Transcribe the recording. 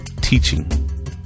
Teaching